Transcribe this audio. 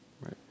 right